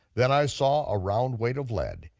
then i saw a round weight of lead,